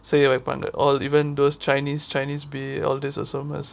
say செய்ய வைப்பாங்க:seyya vaipanga all even those chinese chinese B all this also must